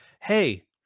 hey